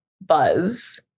buzz